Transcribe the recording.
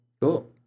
Cool